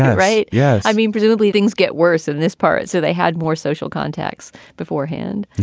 right. yes. i mean, presumably things get worse in this part. so they had more social context beforehand.